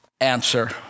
answer